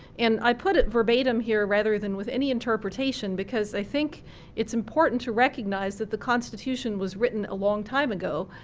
and i put it verbatim here rather than with any interpretation because i think it's important to recognize that the constitution was written a long time ago,